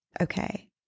okay